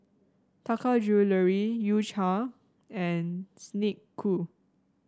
Taka Jewelry U Cha and Snek Ku